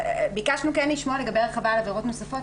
ביקשנו לשמוע לגבי הרחבה על עבירות נוספות,